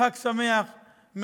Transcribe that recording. חג שמח,